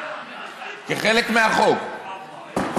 כחלק מהחוק,